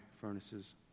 furnaces